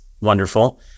wonderful